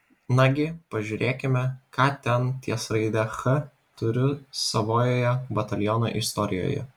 nagi pažiūrėkime ką ten ties raide ch turiu savojoje bataliono istorijoje